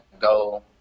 go